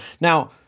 Now